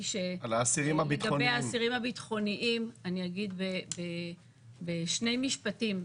לגבי האסירים הביטחוניים אגיד בשני משפטים.